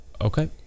okay